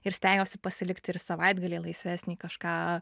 ir stengiuosi pasilikti ir savaitgalį laisvesnį kažką